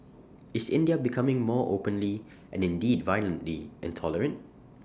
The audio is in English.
is India becoming more openly and indeed violently intolerant